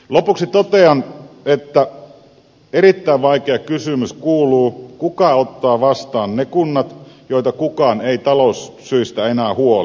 lopuksi totean että erittäin vaikea kysymys kuuluu kuka ottaa vastaan ne kunnat joita kukaan ei taloussyistä enää huoli